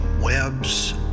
webs